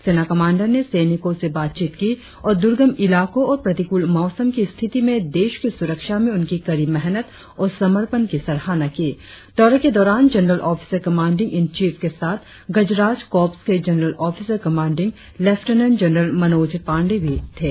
सेना कमांडर ने सैनिकों से बातचीत की और दुर्गम इलाकों और प्रतिकूल मौसम की स्थिति में देश की सुरक्षा में उनकी कड़ी मेहनत और समर्पण की सराहना की दौरे के दौरान general officer commanding in chief के साथ गजराज कोर्प्स के general officer commanding lieutenant general Manoj Pande भी थे